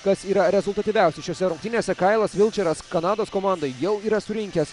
kas yra rezultatyviausias šiose rungtynėse kailas vilčeras kanados komandai jau yra surinkęs